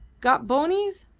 got bonies?